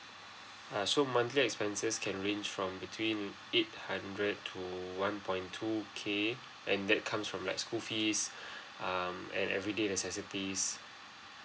uh so monthly expenses can range from between eight hundred to one point two k and that comes from like school fees um and everyday necessities